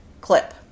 clip